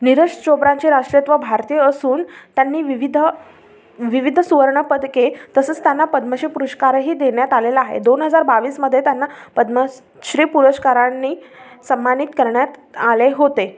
निरज चोप्राचे राष्ट्रत्व भारतीय असून त्यांनी विविध विविध सुवर्णपदके तसंच त्यांना पद्मश्री पुरष्कारही देण्यात आलेला आहे दोन हजार बावीसमध्ये त्यांना पद्मश्री पुरष्कारांनी सन्मानित करण्यात आले होते